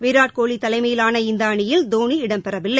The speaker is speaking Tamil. விராட் கோலி தலைமையிலான இந்த அணியில் தோனி இடம்பெறவில்லை